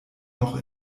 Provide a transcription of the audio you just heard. noch